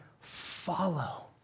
follow